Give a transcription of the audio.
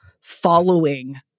following